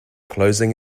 closing